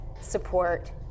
Support